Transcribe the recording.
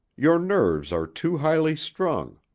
your nerves are too highly strung,